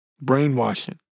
Brainwashing